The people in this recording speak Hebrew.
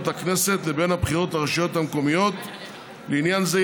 לכנסת לבין הבחירות לרשויות המקומיות לעניין זה.